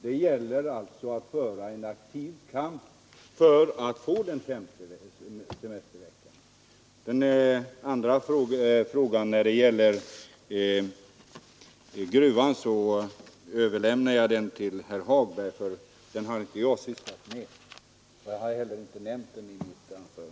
Det gäller alltså att driva en aktiv kamp för att framtvinga den femte semesterveckan.